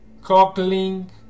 cockling